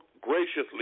graciously